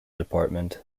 department